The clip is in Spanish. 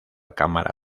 cámara